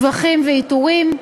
שבחים ועיטורים.